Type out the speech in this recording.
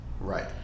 Right